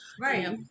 Right